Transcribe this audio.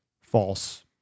false